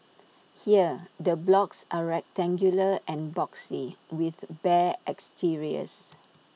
here the blocks are rectangular and boxy with bare exteriors